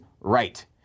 right